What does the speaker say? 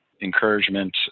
encouragement